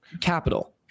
capital